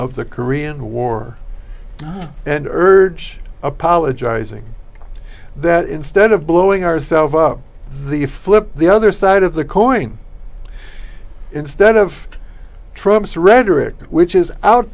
of the korean war and urge apologizing that instead of blowing ourselves up the flip the other side of the coin instead of trumps rhetoric which is out